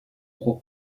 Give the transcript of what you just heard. pro